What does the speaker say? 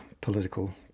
political